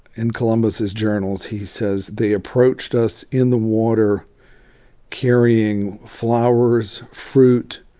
in columbus's journals, he says, they approached us in the water carrying flowers, fruit,